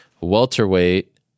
Welterweight